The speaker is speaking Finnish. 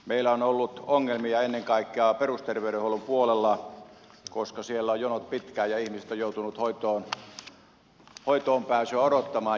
meillä on ollut ongelmia ennen kaikkea perusterveydenhuollon puolella koska siellä ovat jonot pitkiä ja ihmiset ovat joutuneet hoitoon pääsyä odottamaan